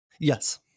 Yes